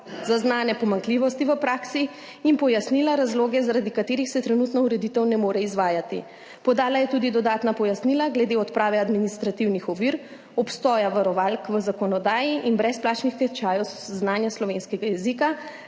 zaznane pomanjkljivosti v praksi in pojasnila razloge, zaradi katerih se trenutna ureditev ne more izvajati. Podala je tudi dodatna pojasnila glede odprave administrativnih ovir, obstoja varovalk v zakonodaji in brezplačnih tečajev znanja slovenskega jezika